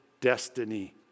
destiny